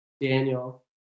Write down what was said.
Daniel